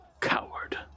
Coward